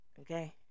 okay